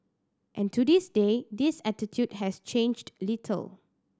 and to this day this attitude has changed little